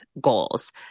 goals